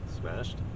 smashed